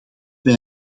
wij